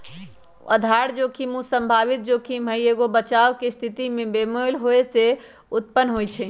आधार जोखिम उ संभावित जोखिम हइ जे एगो बचाव के स्थिति में बेमेल होय से उत्पन्न होइ छइ